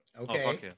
okay